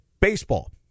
Baseball